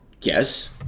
Yes